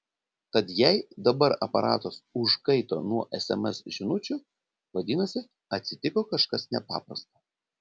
tad jei dabar aparatas užkaito nuo sms žinučių vadinasi atsitiko kažkas nepaprasta